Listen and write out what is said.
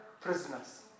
prisoners